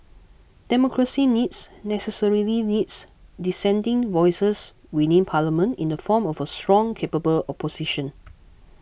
democracy needs necessarily needs dissenting voices within Parliament in the form of a strong capable opposition